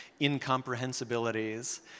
incomprehensibilities